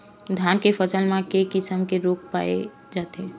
धान के फसल म के किसम के रोग पाय जाथे?